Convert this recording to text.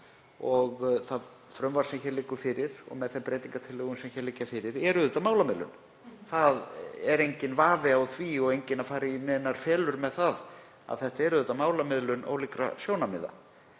og það frumvarp sem hér liggur fyrir, með þeim breytingartillögum sem liggja fyrir, er málamiðlun. Það er enginn vafi á því og enginn er að fara í felur með það að þetta er málamiðlun ólíkra sjónarmiða.